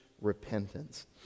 repentance